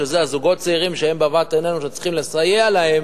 שאלה הזוגות הצעירים שהם בבת עיננו ושצריך לסייע להם,